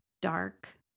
dark